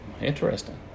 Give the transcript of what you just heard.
Interesting